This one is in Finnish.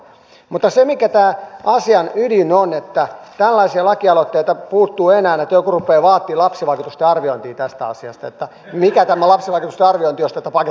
mutta asian ydin on että on tällaisia lakialoitteita ja enää puuttuu että joku rupeaa vaatimaan lapsivaikutusten arviointia tästä asiasta että mitkä ovat tämän lapsivaikutukset jos tätä pakettia ei saada